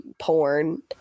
porn